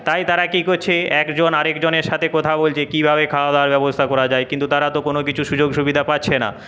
তাই তারা কী করছে একজন আরেক জনের সাথে কথা বলছে কী ভাবে খাওয়া দাওয়ার ব্যবস্থা করা যায় কিন্তু তারা তো কোন কিছু সুযোগ সুবিধা পাচ্ছে না